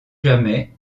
jamais